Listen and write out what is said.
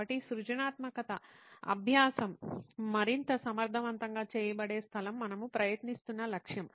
కాబట్టి సృజనాత్మకత అభ్యాసం మరింత సమర్థవంతంగా చేయబడే స్థలం మనము ప్రయత్నిస్తున్న లక్ష్యం